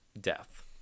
death